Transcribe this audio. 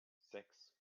sechs